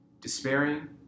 despairing